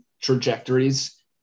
trajectories